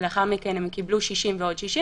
ולאחר מכן הם קיבלו 60 ועוד 60,